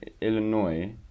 Illinois